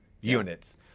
units